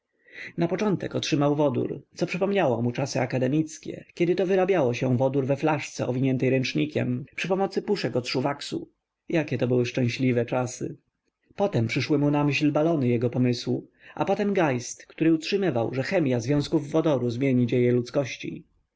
studya napoczątek otrzymał wodór co przypomniało mu czasy akademickie kiedyto wyrabiało się wodór we flaszce owiniętej ręcznikiem przy pomocy puszek od szuwaksu jakieto były szczęśliwe czasy potem przyszły mu na myśl balony jego pomysłu a potem geist który utrzymywał że chemia związków wodoru zmieni dzieje ludzkości